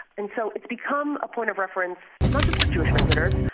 and so it's become a point of reference not just for jewish visitors,